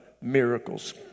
miracles